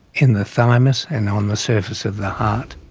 in the thymus and on the surface of the heart.